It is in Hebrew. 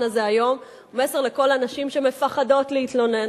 הזה היום הוא מסר לכל הנשים שמפחדות להתלונן,